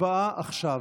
הצבעה עכשיו.